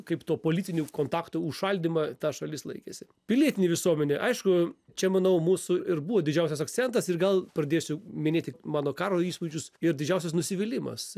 kaip tų politinių kontaktų užšaldymą ta šalis laikėsi pilietinė visuomenė aišku čia manau mūsų ir buvo didžiausias akcentas ir gal pradėsiu minėti mano karo įspūdžius ir didžiausias nusivylimas